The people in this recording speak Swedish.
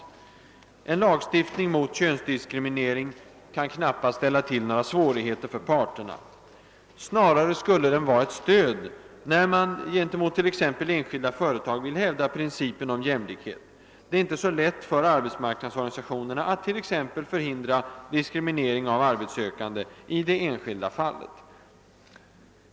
En lagstiftning mot könsdiskriminering kan knappast ställa till några svårigheter för parterna. Snarare skulle den vara ett stöd när man t.ex. gentemot enskilda företag vill hävda principen om jämlikhet. Det är inte så lätt för arbetsmarknadsorganisationerna att utan stöd av en iag förhindra diskriminering av arbetssökande i det enskilda fallet.